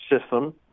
system